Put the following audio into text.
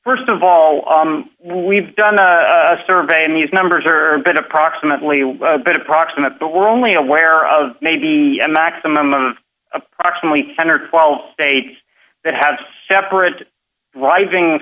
why st of all we've done a survey and these numbers are been approximately a bit approximate the were only aware of maybe a maximum of approximately ten or twelve states that have separate writing